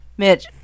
Mitch